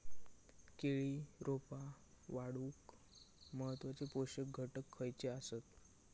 केळी रोपा वाढूक महत्वाचे पोषक घटक खयचे आसत?